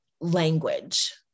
language